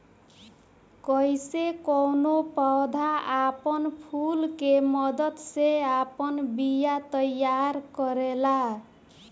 कइसे कौनो पौधा आपन फूल के मदद से आपन बिया तैयार करेला